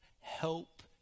help